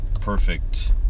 perfect